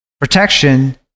protection